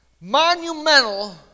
monumental